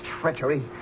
treachery